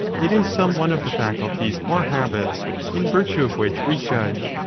it is some one of the faculties or habits in virtue of which we judge,